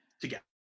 together